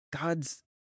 God's